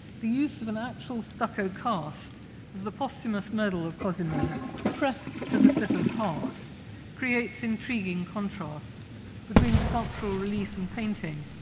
the use of an actual stucco cast of the posthumous medal of cosimo pressed to the sitter's heart creates intriguing contrasts between sculptural relief and painting,